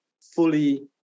fully